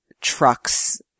trucks